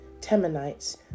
Temanites